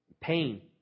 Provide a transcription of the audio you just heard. pain